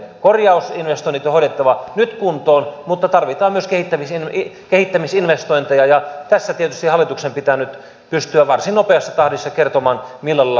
korjausinvestoinnit on hoidettava nyt kuntoon mutta tarvitaan myös kehittämisinvestointeja ja tässä tietysti hallituksen pitää nyt pystyä varsin nopeassa tahdissa kertomaan millä lailla kuljemme eteenpäin